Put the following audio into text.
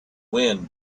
wind